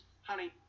Honey